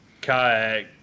kayak